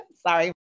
Sorry